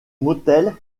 motel